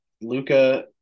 Luca